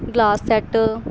glass set